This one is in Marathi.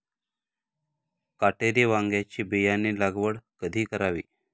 काटेरी वांग्याची बियाणे लागवड कधी करावी?